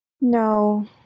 No